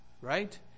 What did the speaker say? Right